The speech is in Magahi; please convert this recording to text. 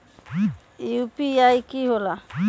यू.पी.आई कि होला?